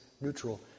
neutral